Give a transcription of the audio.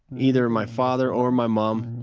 either my father or my mum,